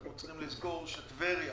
אנחנו צריכים לזכור שטבריה